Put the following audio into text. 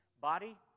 body